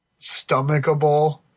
stomachable